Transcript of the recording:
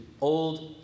old